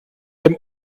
dem